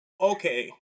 Okay